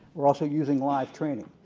we're also using live training.